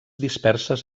disperses